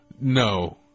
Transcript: No